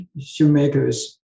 Shoemaker's